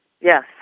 Yes